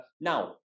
now